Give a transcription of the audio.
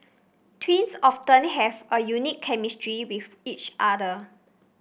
twins often have a unique chemistry with each other